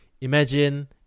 imagine